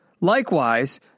Likewise